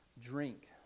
drink